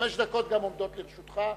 חמש דקות עומדות גם לרשותך,